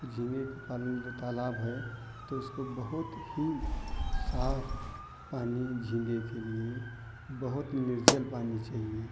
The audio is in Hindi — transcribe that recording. वो झींगे के पालन में जो तालाब है तो उसको बहुत ही साफ पानी झींगे के लिए बहुत निर्जल पानी चाहिए